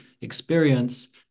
experience